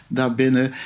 daarbinnen